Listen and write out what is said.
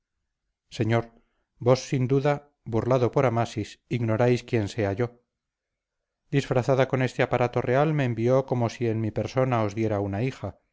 señor vos sin duda burlado por amasis ignoráis quién sea yo disfrazada con este aparato real me envió como si en mi persona os diera una hija